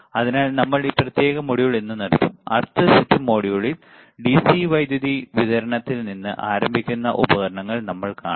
അതിനാൽ നമ്മൾ ഈ പ്രത്യേക മൊഡ്യൂൾ ഇന്നു നിർത്തും അടുത്ത സെറ്റ് മൊഡ്യൂളുകളിൽ ഡിസി വൈദ്യുതി വിതരണത്തിൽ നിന്ന് ആരംഭിക്കുന്ന ഉപകരണങ്ങൾ നമ്മൾ കാണും